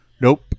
Nope